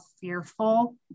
fearful